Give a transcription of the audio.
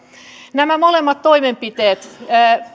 nämä molemmat toimenpiteet